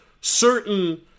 certain